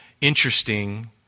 interesting